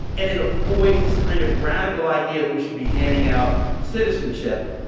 and it avoids this kind of radical idea that we should be handing out citizenship.